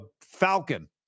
falcon